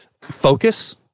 focus